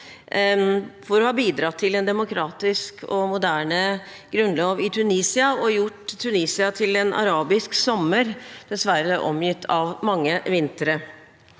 for å ha bidratt til en demokratisk og moderne grunnlov i Tunisia og gjort Tunisia til en arabisk sommer, dessverre omgitt av mange vintre.